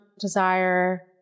desire